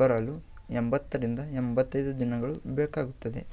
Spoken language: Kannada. ಬರಲು ಎಂಬತ್ತರಿಂದ ಎಂಬತೈದು ದಿನಗಳು ಬೇಕಗ್ತದೆ